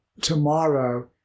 tomorrow